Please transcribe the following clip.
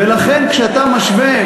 ולכן כשאתה משווה,